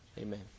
Amen